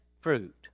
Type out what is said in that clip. fruit